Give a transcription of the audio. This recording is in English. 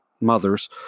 mothers